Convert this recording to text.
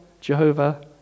Jehovah